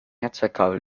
netzwerkkabel